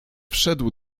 wszedł